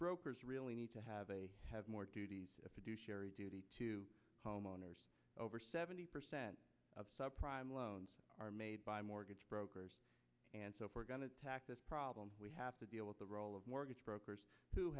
brokers really need to have a have more duties to do sherry duty to homeowners over seventy percent of subprime loans are made by mortgage brokers and so for going to attack this problem we have to deal with the role of mortgage brokers